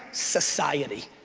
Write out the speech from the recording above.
society.